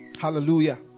Hallelujah